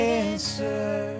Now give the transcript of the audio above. answer